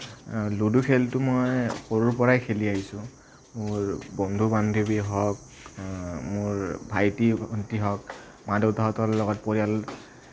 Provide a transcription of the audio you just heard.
ludo খেলটো মই সৰুৰ পৰাই খেলি আহিছোঁ মোৰ বন্ধু বান্ধৱী হওঁক মোৰ ভাইটী ভণ্টী হওঁক মা দেউতাহঁতৰ লগত পৰিয়ালৰ